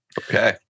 Okay